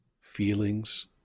feelings